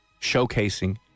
showcasing